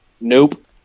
Nope